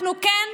אנחנו כאן,